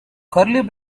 curly